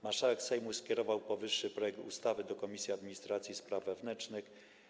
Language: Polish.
Marszałek Sejmu skierował powyższy projekt ustawy do Komisji Administracji i Spraw Wewnętrznych.